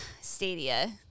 Stadia